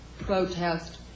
protest